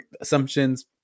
Assumptions